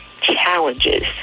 challenges